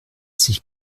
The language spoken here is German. sich